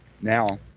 Now